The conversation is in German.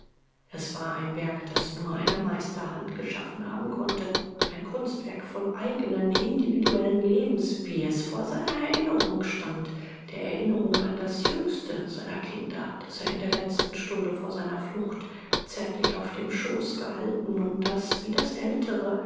es war ein werk das nur eine meisterhand geschaffen haben konnte ein kunstwerk voll eigenen individuellen lebens wie es vor seiner erinnerung stand der erinnerung an das jüngste seiner kinder das er in der letzten stunde vor seiner flucht zärtlich auf dem schoß gehalten und das wie das ältere